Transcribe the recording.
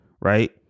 right